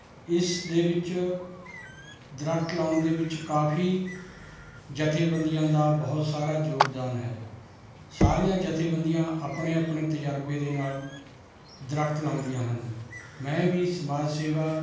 ਇਸ ਦੇ ਵਿੱਚ ਦਰੱਖ਼ਤ ਲਗਾਉਣ ਦੇ ਵਿੱਚ ਕਾਫ਼ੀ ਜੱਥੇਬੰਦੀਆਂ ਦਾ ਬਹੁਤ ਸਾਰਾ ਯੋਗਦਾਨ ਹੈ ਸਾਰੀਆਂ ਜੱਥੇਬੰਦੀਆਂ ਆਪਣੇ ਆਪਣੇ ਤਜ਼ਰਬੇ ਦੇ ਨਾਲ਼ ਦਰੱਖ਼ਤ ਲਗਾਉਂਦੀਆਂ ਹਨ ਮੈਂ ਵੀ ਸਮਾਜ ਸੇਵਾ